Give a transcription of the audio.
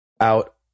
out